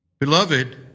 Beloved